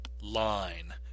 line